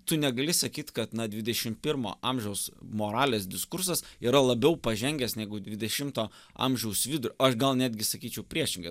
tu negali sakyt kad na dvidešim pirmo amžiaus moralės diskursas yra labiau pažengęs negu dvidešimto amžiaus vidurio aš gal netgi sakyčiau priešingai